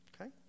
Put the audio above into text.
okay